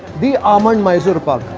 the almond mysore pak.